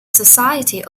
society